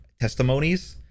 testimonies